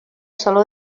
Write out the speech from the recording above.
saló